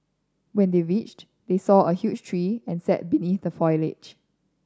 when they reached they saw a huge tree and sat beneath the foliage